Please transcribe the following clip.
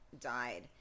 died